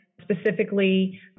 specifically